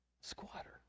squatter